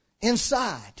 inside